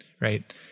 right